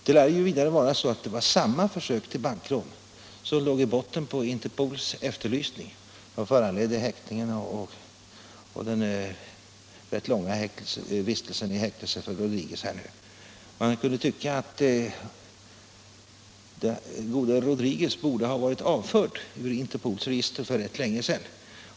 Det lär vara så, att det var samma försök till bankrån som låg bakom Interpols efterlysning och Rodriguez rätt långa tid i häkte. Man skulle kunna tycka att Rodriguez borde ha varit avförd från Interpols register för rätt länge sedan.